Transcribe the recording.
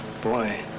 Boy